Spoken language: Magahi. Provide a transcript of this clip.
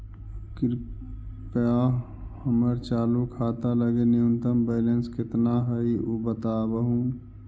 कृपया हमर चालू खाता लगी न्यूनतम बैलेंस कितना हई ऊ बतावहुं